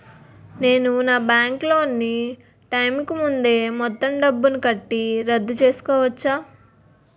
నేను నా bank loan నీ టైం కీ ముందే మొత్తం డబ్బుని కట్టి రద్దు క్లియర్ చేసుకోవచ్చా?